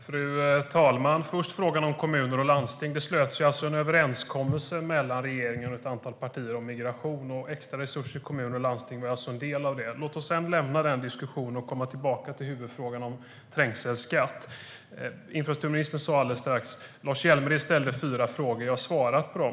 Fru talman! När det gäller frågan om kommuner och landsting slöts det först en överenskommelse mellan regeringen och ett antal partier om migration, och extra resurser i kommuner och landsting var alltså en del av det. Låt oss lämna den diskussionen och komma tillbaka till huvudfrågan om trängselskatt. Infrastrukturministern sa alldeles nyss: Lars Hjälmered ställde fyra frågor som jag har svarat på.